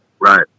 Right